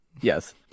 yes